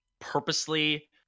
purposely